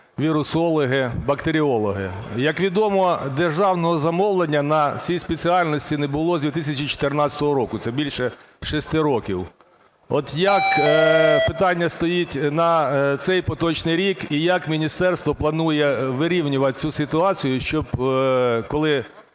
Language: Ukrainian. вірусологи, бактеріологи. Як відомо державного замовлення на ці спеціальності не було з 2014 року, це більше шести років. От як питання стоїть на цей поточний рік? І як міністерство планує вирівнювати цю ситуацію, щоб коли,